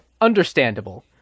Understandable